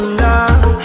love